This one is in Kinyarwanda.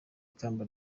ikamba